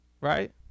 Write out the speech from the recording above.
right